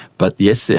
but yes,